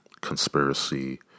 conspiracy